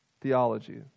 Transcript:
Theology